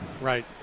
Right